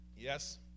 Yes